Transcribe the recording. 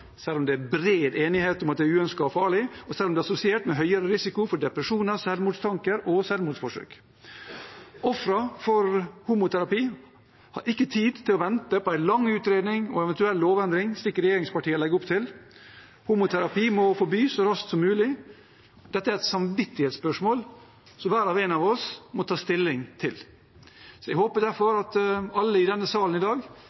selv om det er bred enighet om at det er uønsket og farlig, og selv om det er assosiert med høyere risiko for depresjoner, selvmordstanker og selvmordsforsøk. Ofrene for homoterapi har ikke tid til å vente på en lang utredning og eventuell lovendring, slik regjeringspartiene legger opp til. Homoterapi må forbys så raskt som mulig. Dette er et samvittighetsspørsmål som hver og en av oss må ta stilling til. Jeg håper derfor at alle i denne salen i dag